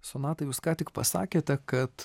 sonata jūs ką tik pasakėte kad